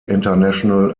international